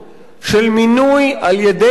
של מינוי על-ידי השר,